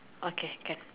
okay can